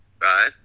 right